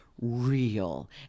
real